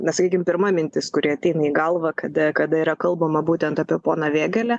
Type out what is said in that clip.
na sakykim pirma mintis kuri ateina į galvą kada kada yra kalbama būtent apie poną vėgėlę